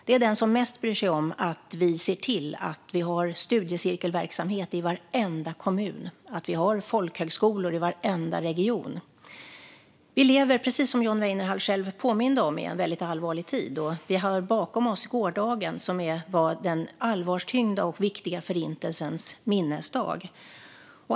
Det är den som mest bryr sig om att studiecirkelverksamhet finns i varenda kommun och folkhögskolor i varenda region. Precis som John Weinerhall själv påminde om lever vi i en allvarlig tid. I går var den allvarstyngda och viktiga Förintelsens minnesdag.